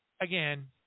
again